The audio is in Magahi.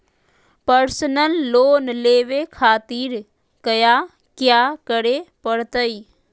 पर्सनल लोन लेवे खातिर कया क्या करे पड़तइ?